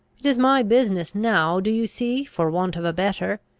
it is my business now, do you see, for want of a better,